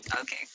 Okay